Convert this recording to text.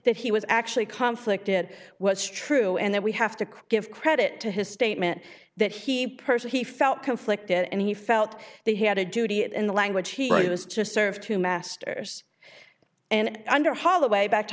that he was actually conflict it was true and that we have to give credit to his statement that he personally felt conflicted and he felt they had a duty and in the language he was just serve two masters and under holloway back